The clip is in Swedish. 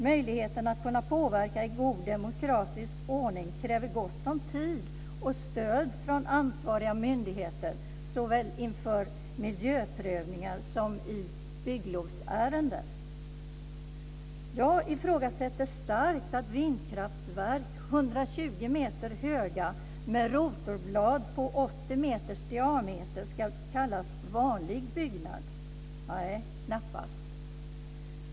Möjligheten att kunna påverka i god demokratisk ordning kräver gott om tid och stöd från ansvariga myndigheter såväl inför miljöprövningar som i bygglovsärenden. Jag ifrågasätter starkt att 120 meter höga vindkraftverk med rotorblad på 80 meters diameter ska kallas vanlig byggnad. Det är de knappast.